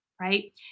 right